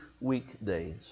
weekdays